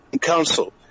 council